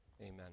amen